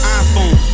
iPhone